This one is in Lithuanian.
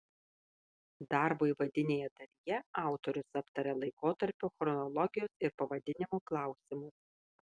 darbo įvadinėje dalyje autorius aptaria laikotarpio chronologijos ir pavadinimo klausimus